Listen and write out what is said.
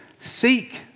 Seek